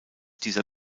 dieser